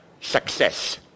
success